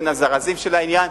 בין הזרזים של העניין.